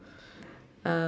uh